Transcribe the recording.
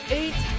eight